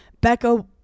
Becca